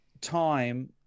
time